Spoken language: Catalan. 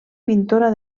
pintora